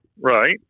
Right